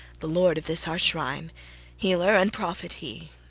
the lord of this our shrine healer and prophet he,